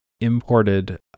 imported